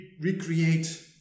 recreate